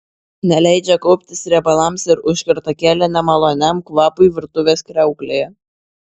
neleidžia kauptis riebalams ir užkerta kelią nemaloniam kvapui virtuvės kriauklėje